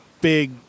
big